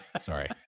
Sorry